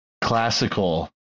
classical